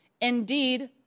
Indeed